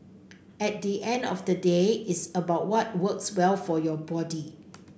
at the end of the day it's about what works well for your body